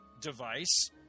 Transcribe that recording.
device